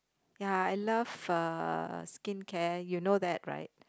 ya I love uh skincare you know that right